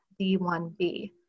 D1B